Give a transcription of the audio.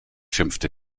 schimpfte